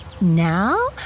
Now